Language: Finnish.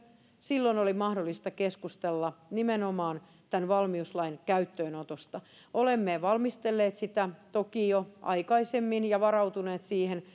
silloin oli mahdollista keskustella nimenomaan tämän valmiuslain käyttöönotosta olemme valmistelleet sitä toki jo aikaisemmin ja varautuneet siihen